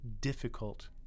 difficult